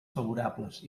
favorables